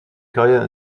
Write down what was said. carrière